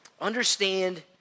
understand